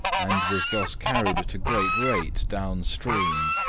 and was thus carried at a great rate down-stream.